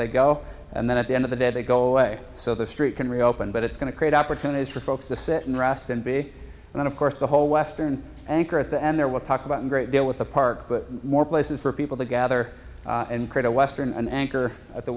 they go and then at the end of the day they go away so the street can reopen but it's going to create opportunities for folks to sit and rest and be and of course the whole western anchor at the end there will talk about a great deal with the park but more places for people to gather and create a western anchor at the